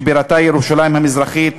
שבירתה ירושלים המזרחית,